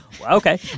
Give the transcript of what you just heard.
Okay